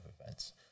events